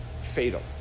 fatal